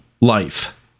life